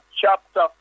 chapter